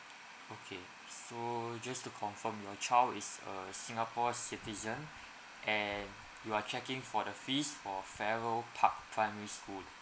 okay so just to confirm your child is a singapore citizen and you are checking for the fees for farrer park primary school